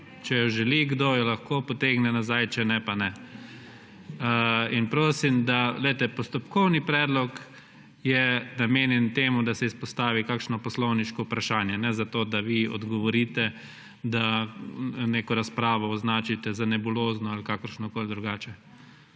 Če jo želi kdo jo lahko potegne nazaj, če ne pa ne. Poglejte, postopkovni predlog je namenjen temu, da se izpostavi kakšno poslovniško vprašanje. Ne zato, da vi dogovorite, da neko razpravo označite za nebulozno ali kakršnokoli drugače.